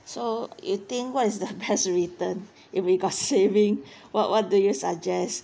so you think what is the best return if we got saving what what do you suggest